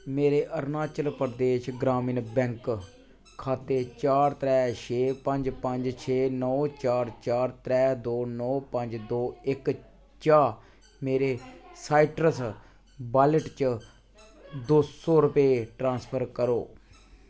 मेरे अरुणाचल प्रदेश ग्रामीण बैंक खाते चार त्रै छे पंज पंज छे नौ चार चार त्रै दो नौ पंज दो इक चा मेरे साइट्रस वालेट च दो सौ रपेऽ ट्रांसफर करो